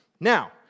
Now